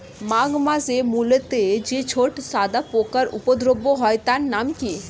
মাঘ মাসে মূলোতে যে ছোট সাদা পোকার উপদ্রব হয় তার নাম কি?